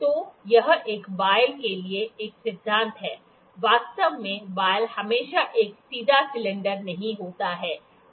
तो यह एक वॉयल के लिए एक सिद्धांत है वास्तव में वॉयल हमेशा एक सीधा सिलेंडर नहीं होता है